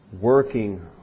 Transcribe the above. Working